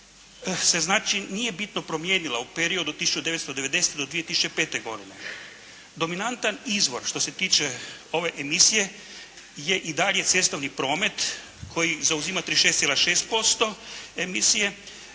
se znači nije bitno promijenila u periodu od 1990. do 2005. godine. Dominantan izvor što se tiče ove emisije je i dalje cestovni promet, koji zauzima 26,6% emisije,